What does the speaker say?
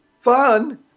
Fun